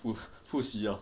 复复习 hor